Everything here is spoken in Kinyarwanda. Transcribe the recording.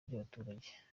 by’abaturage